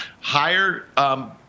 higher